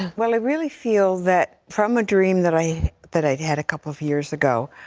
well, i really feel that from a dream that i that i had had a couple of years ago,